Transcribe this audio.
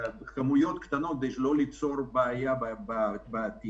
כמובן בכמויות קטנות כדי לא ליצור בעיה בעתיד.